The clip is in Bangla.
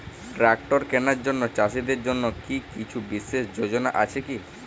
ট্রাক্টর কেনার জন্য চাষীদের জন্য কী কিছু বিশেষ যোজনা আছে কি?